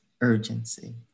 urgency